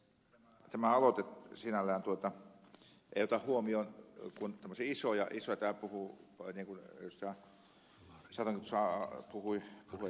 tämä aloite sinällään ei ota huomioon kuin tämmöisiä isoja niin kuin ed